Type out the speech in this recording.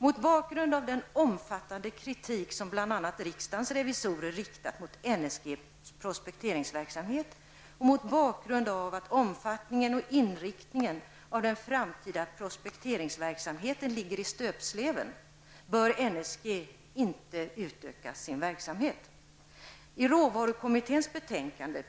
Mot bakgrund av den omfattande kritik som bl.a. riksdagens revisorer riktat mot NSGs prospekteringsverksamhet och mot bakgrund av att omfattningen och inriktningen av den framtida prospekteringsverksamheten ligger i stöpsleven bör NSG inte utöka sin verksamhet.